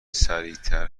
سریعتر